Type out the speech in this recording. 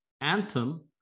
Anthem